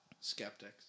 skeptics